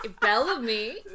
Bellamy